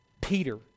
Peter